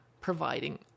providing